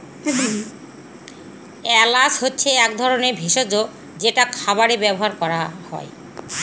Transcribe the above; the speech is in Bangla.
এলাচ হচ্ছে এক ধরনের ভেষজ যেটা খাবারে ব্যবহার করা হয়